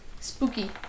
spooky